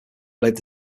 played